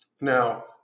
Now